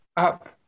up